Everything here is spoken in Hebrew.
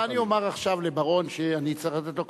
מה אני אומר עכשיו לבר-און כשאני צריך לתת לו,